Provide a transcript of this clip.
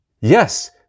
Yes